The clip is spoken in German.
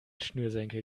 schnürsenkel